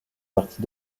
partie